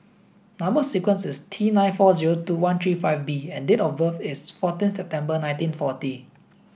number sequence is T nine four zero two one three five B and date of birth is fourteen September nineteen forty